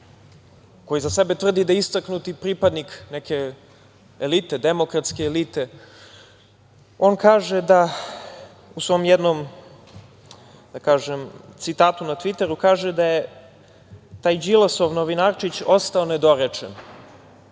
koji za sebe tvrdi da je istaknuti pripadnik neke elite, demokratske elite, on u svom jednom citatu na Tviteru kaže da je taj Đilasov novinarčić ostao nedorečen.